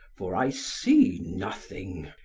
for i see nothing,